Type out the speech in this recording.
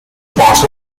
path